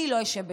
אני לא אשב בשקט,